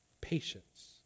patience